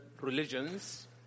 religions